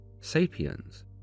Sapiens